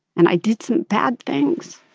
and i did some bad things